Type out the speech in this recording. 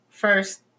First